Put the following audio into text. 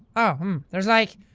oh um, there's like.